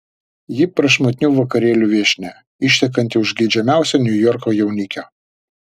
ji prašmatnių vakarėlių viešnia ištekanti už geidžiamiausio niujorko jaunikio